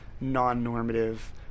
non-normative